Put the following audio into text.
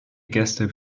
gäste